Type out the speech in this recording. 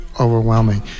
overwhelming